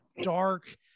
dark